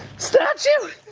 statue,